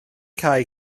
cau